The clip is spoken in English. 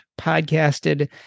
podcasted